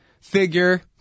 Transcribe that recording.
figure